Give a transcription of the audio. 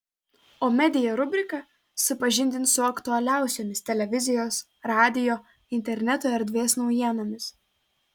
o media rubrika supažindins su aktualiausiomis televizijos radijo interneto erdvės naujienomis